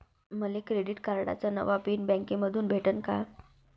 मले क्रेडिट कार्डाचा नवा पिन बँकेमंधून भेटन का?